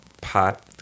pot